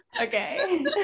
Okay